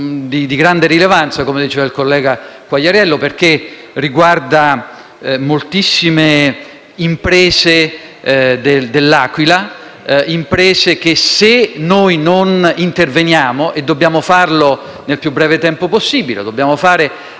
di grande rilevanza, come diceva il collega Quagliariello, perché riguarda moltissime imprese dell'Aquila. Se non interveniamo - dobbiamo farlo nel più breve tempo possibile; dobbiamo farlo